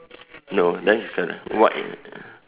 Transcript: no then the white uh